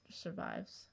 survives